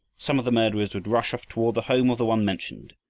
some of the murderers would rush off toward the home of the one mentioned.